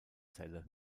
celle